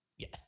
Yes